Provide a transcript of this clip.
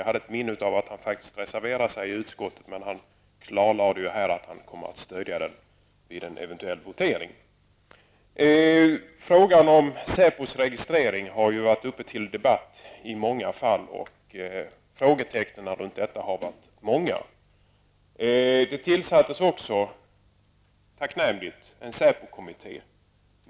Jag har ett minne av att han reserverade sig i utskottet, men han klarlade ju här att han kommer att stödja den vid en eventuell votering. Frågan om SÄPOs registrering har varit uppe till debatt i många fall, och frågetecknen kring denna registrering har varit många. Det tillsattes också tacknämligt en SÄPO-kommitté.